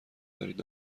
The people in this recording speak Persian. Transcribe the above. دارید